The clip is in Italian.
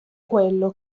quello